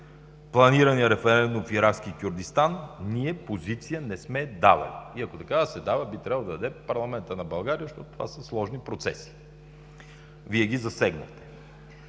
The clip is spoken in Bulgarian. планирания референдум в Иракски Кюрдистан – ние позиция не сме давали. И, ако трябва да се дава, би трябвало да я даде парламентът на България, защото това са сложни процеси. Вие ги засегнахте.